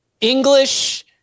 English